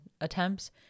attempts